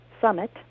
Summit